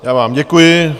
Já vám děkuji.